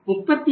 38